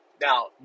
Now